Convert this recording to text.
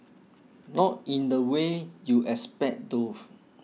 not in the way you expect though